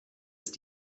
ist